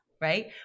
right